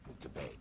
debate